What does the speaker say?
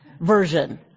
version